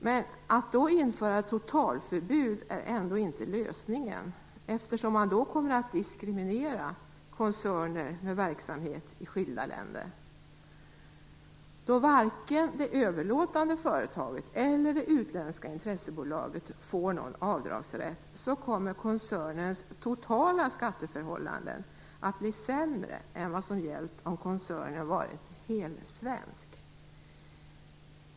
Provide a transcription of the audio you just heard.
Men att införa ett totalförbud är inte lösningen. Då kommer man ju att diskriminera koncerner med verksamhet i skilda länder. Eftersom varken det överlåtande företaget eller det utländska intressebolaget får någon avdragsrätt kommer koncernens totala skatteförhållanden att bli sämre än vad som hade gällt om koncernen varit helsvensk.